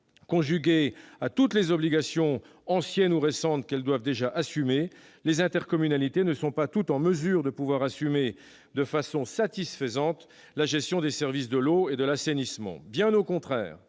conjugué à toutes les obligations anciennes ou récentes qu'elles doivent déjà assumer, les intercommunalités ne sont pas toutes en mesure d'assumer de façon satisfaisante la gestion des services de l'eau et de l'assainissement. Bien au contraire,